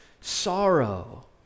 sorrow